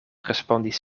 respondis